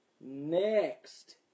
Next